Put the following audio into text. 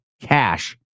cash